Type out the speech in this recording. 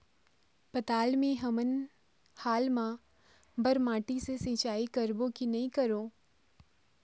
पताल मे हमन हाल मा बर माटी से सिचाई करबो की नई करों?